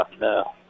no